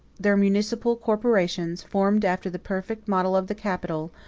their municipal corporations, formed after the perfect model of the capital,